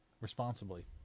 responsibly